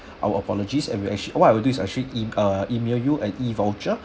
our apologies and we actually what I would do is actually in uh email you an E_voucher